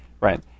right